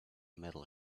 metal